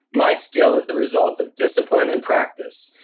my skill is the result of discipline and practice.